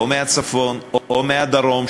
או מהצפון או מהדרום,